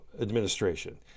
administration